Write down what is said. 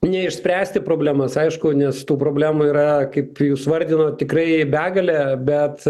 neišspręsti problemas aišku nes tų problemų yra kaip jūs vardinot tikrai begalė bet